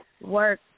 work